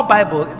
Bible